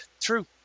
True